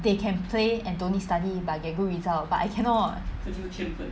they can play and don't need study but get good results but I cannot